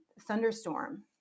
thunderstorm